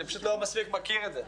אני לא מספיק מכיר את זה.